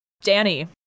Danny